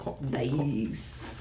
Nice